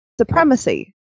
supremacy